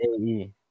AE